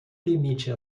limite